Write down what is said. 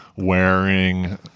wearing